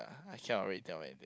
ah I cannot really tell anything